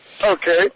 Okay